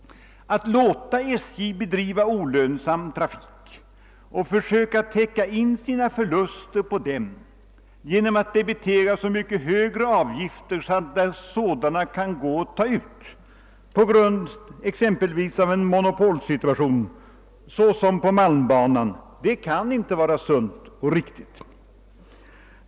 Att låta SJ bedriva olönsam trafik och försöka täcka in sina förluster genom att debitera så mycket högre avgifter där sådana kan gå att ta ut på grund av en monopolsituation, t.ex. på malmbanan, kan inte vara sunt och riktigt.